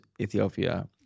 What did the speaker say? Ethiopia